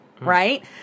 right